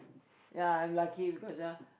ya I'm lucky because ah